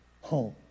home